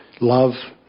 love